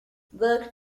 look